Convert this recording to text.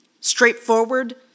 straightforward